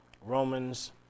Romans